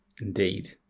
Indeed